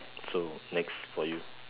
so next for you